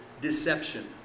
deception